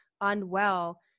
unwell